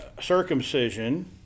circumcision